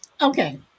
okay